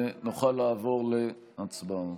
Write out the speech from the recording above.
ונוכל לעבור להצבעה.